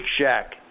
Shack